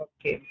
Okay